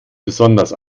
besonders